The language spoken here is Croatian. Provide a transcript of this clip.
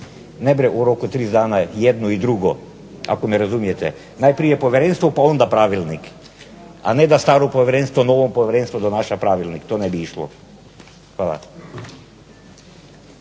Ne u roku 30 dana jedno i drugo, ako me razumijete. Najprije povjerenstvo pa onda pravilnik, a ne da staro povjerenstvo novom povjerenstvu donaša pravilnik. To ne bi išlo. Hvala.